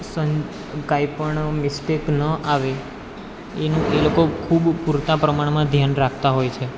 કાંઈ પણ મિસ્ટેક ન આવે એનું એ લોકો ખૂબ પૂરતાં પ્રમાણમાં ઘ્યાન રાખતાં હોય છે